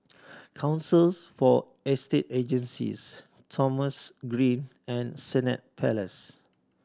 Councils for Estate Agencies Thomson Green and Senett Palace